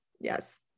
Yes